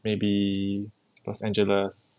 maybe los angeles